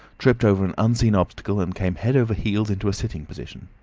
tripped over an unseen obstacle, and came head over heels into a sitting position.